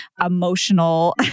emotional